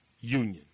union